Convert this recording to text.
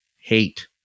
hate